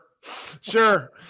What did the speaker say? Sure